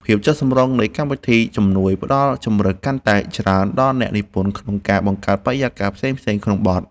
ភាពចម្រុះនៃកម្មវិធីជំនួយផ្ដល់ជម្រើសកាន់តែច្រើនដល់អ្នកនិពន្ធក្នុងការបង្កើតបរិយាកាសផ្សេងៗក្នុងបទ។